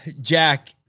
Jack